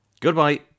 Goodbye